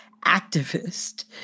activist